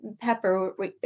Pepper